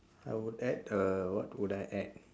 I would add a what would I add